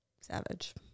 Savage